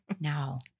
Now